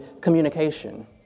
communication